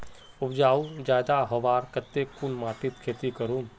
उपजाऊ ज्यादा होबार केते कुन माटित खेती करूम?